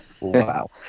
Wow